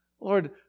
Lord